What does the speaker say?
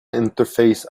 interface